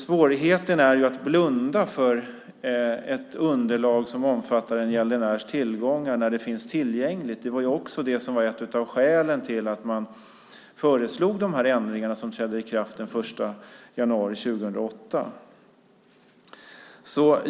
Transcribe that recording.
Svårigheten är att blunda för ett underlag som omfattar en gäldenärs tillgångar när det finns tillgängligt. Det var också ett av skälen till att man föreslog dessa ändringar som trädde i kraft den 1 januari 2008.